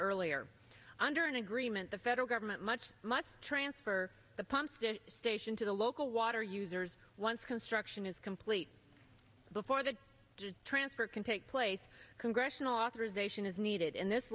earlier under an agreement the federal government much must transfer the pumps to station to the local water users once construction is complete before the transfer can take place congressional authorization is needed and this